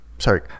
sorry